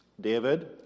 David